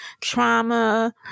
trauma